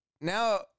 now